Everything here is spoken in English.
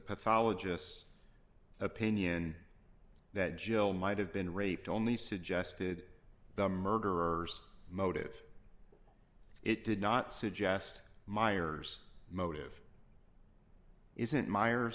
pathologist's opinion that jill might have been raped only suggested the murderer's motives it did not suggest miers motive isn't miers